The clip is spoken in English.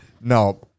No